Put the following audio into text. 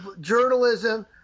journalism